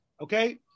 Okay